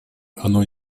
оно